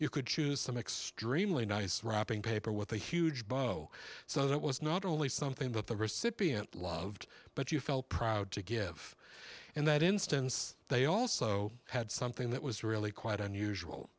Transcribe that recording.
you could choose some extremely nice wrapping paper with a huge bio so that it was not only something that the recipient loved but you felt proud to give in that instance they also had something that was really quite unusual